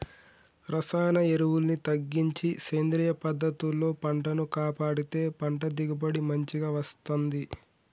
రసాయన ఎరువుల్ని తగ్గించి సేంద్రియ పద్ధతుల్లో పంటను కాపాడితే పంట దిగుబడి మంచిగ వస్తంది